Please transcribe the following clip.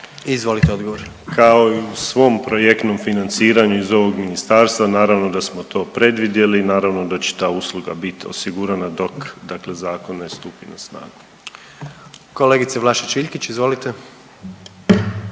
Marin (HDZ)** Kao i u svom projektom financiranju iz ovog ministarstva naravno da smo to predvidjeli i naravno da će ta usluga biti osigurana dok dakle zakon ne stupi na snagu. **Jandroković, Gordan